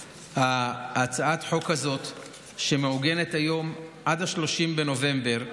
הצעת החוק הזאת מעוגנת היום עד 30 בנובמבר,